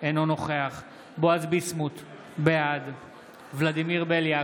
אינו נוכח בועז ביסמוט, בעד ולדימיר בליאק,